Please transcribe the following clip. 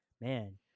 man